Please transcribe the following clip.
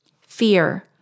Fear